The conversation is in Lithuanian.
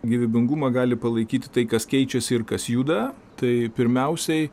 gyvybingumą gali palaikyti tai kas keičiasi ir kas juda tai pirmiausiai